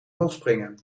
hoogspringen